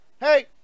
Hey